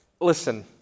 Listen